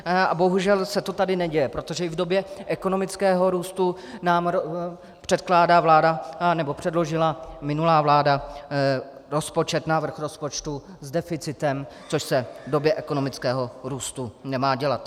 A bohužel se to tady neděje, protože v době ekonomického růstu nám předkládá vláda, nebo předložila minulá vláda návrh rozpočtu s deficitem, což se v době ekonomického růstu nemá dělat.